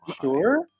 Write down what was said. Sure